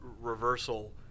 reversal